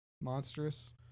Monstrous